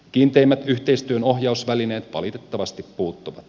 kiinteimmät yhteistyön ohjausvälineet valitettavasti puuttuvat